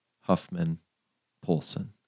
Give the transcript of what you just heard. Huffman-Polson